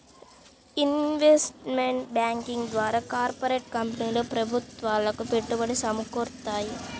investment banking ద్వారా corporate కంపెనీలు ప్రభుత్వాలకు పెట్టుబడి సమకూరుత్తాయి